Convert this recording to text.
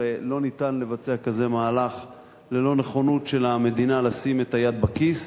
הרי לא ניתן לבצע מהלך כזה ללא נכונות של המדינה לשים את היד בכיס.